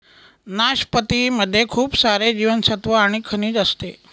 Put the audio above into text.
नाशपती मध्ये खूप सारे जीवनसत्त्व आणि खनिज असते